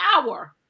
power